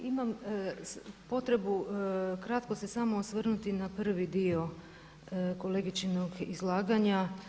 Imam potrebu kratko se samo osvrnuti na prvi dio kolegičinog izlaganja.